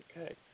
Okay